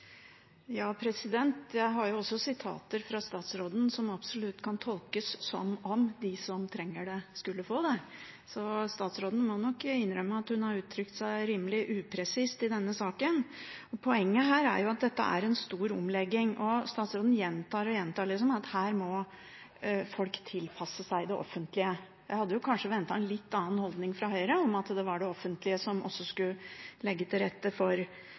Jeg har også sitater fra statsråden som absolutt kan tolkes som at de som trengte det, skulle få det. Statsråden må nok innrømme at hun har uttrykt seg rimelig upresist i denne saken. Poenget her er at dette er en stor omlegging. Statsråden gjentar og gjentar at her må folk tilpasse seg det offentlige. Jeg hadde kanskje ventet en litt annen holdning fra Høyre, om at det offentlige også skulle legge til rette for